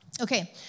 Okay